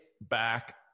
back